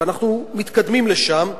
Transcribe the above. ואנחנו מתקדמים לשם,